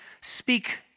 speak